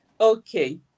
Okay